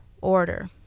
order